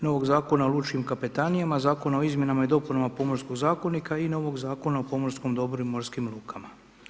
Novog Zakona o lučkim kapetanijama, Zakona o izmjenama i dopunama Pomorskog zakonika i novog Zakona o pomorskom dobru i morskim lukama.